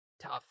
tough